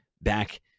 back